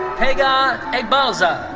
pegah eghbalzad.